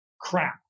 crap